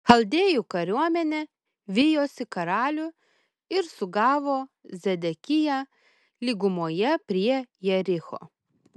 chaldėjų kariuomenė vijosi karalių ir sugavo zedekiją lygumoje prie jericho